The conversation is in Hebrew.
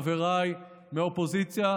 חבריי מהאופוזיציה,